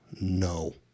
no